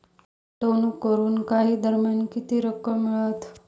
गुंतवणूक करून काही दरम्यान किती रक्कम मिळता?